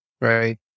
Right